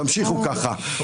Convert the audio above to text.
תמשיכו כך.